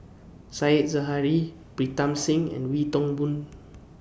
Said Zahari Pritam Singh and Wee Toon Boon